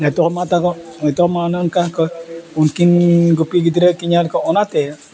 ᱱᱤᱛᱳᱜ ᱢᱟ ᱛᱟᱠᱚ ᱱᱤᱛᱳᱜ ᱢᱟ ᱚᱱᱮ ᱚᱱᱠᱟ ᱠᱚ ᱩᱱᱠᱤᱱ ᱜᱩᱯᱤ ᱜᱤᱫᱽᱨᱟᱹ ᱠᱤ ᱧᱮᱞ ᱠᱚ ᱚᱱᱟᱛᱮ